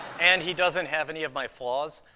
and he doesn't have any of my flaws,